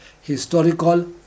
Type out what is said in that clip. historical